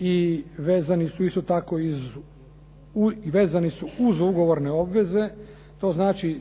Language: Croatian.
i vezani su isto tako uz ugovorne obveze. To znači,